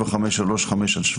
7535/17: